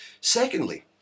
Secondly